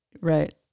right